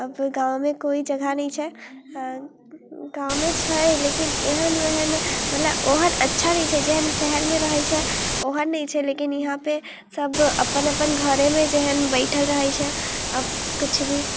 आब गाममे कोइ जगह नहि छै अऽ गाममे छै लेकिन एहन ओहन मतलब ओहन अच्छा नहि छै जेहन शहरमे रहै छै ओहन नहि छै लेकिन इहाँपर सब अपन अपन घरेमे जेहन बैठल रहै छै आब किछु भी